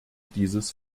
dieses